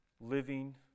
living